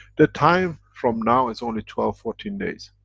the time from now is only twelve fourteen days.